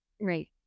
Right